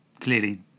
Clearly